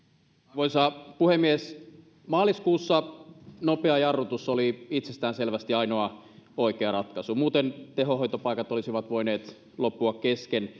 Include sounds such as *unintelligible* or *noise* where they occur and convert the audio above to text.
arvoisa puhemies maaliskuussa nopea jarrutus oli itsestäänselvästi ainoa oikea ratkaisu muuten tehohoitopaikat olisivat voineet loppua kesken *unintelligible*